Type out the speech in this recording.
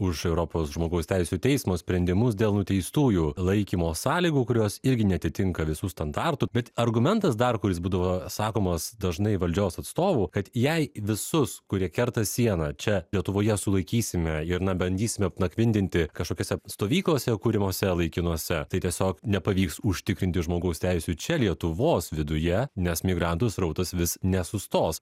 už europos žmogaus teisių teismo sprendimus dėl nuteistųjų laikymo sąlygų kurios irgi neatitinka visų standartų bet argumentas dar kuris būdavo sakomos dažnai valdžios atstovų kad jei visus kurie kerta sieną čia lietuvoje sulaikysime ir na bandysime apnakvindinti kažkokiose stovyklose kuriamose laikinose tai tiesiog nepavyks užtikrinti žmogaus teisių čia lietuvos viduje nes migrantų srautas vis nesustos